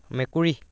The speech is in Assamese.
মেকুৰী